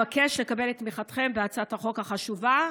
אבקש לקבל את תמיכתכם בהצעת החוק החשובה.